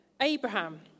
Abraham